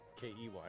K-E-Y